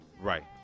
Right